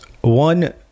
One